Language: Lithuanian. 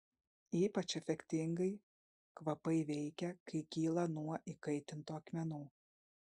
ypač efektingai kvapai veikia kai kyla nuo įkaitintų akmenų